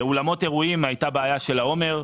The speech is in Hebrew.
אולמות אירועים, הייתה בעיה של העומר.